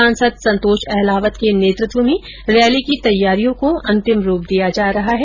सांसद संतोष अहलावत के नेतृत्व में रैली की तैयारियों को अंतिम रूप दिया जा रहा है